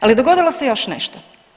Ali dogodilo se još nešto.